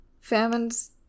Famine's